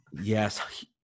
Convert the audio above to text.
yes